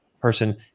person